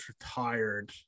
retired